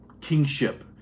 kingship